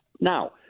Now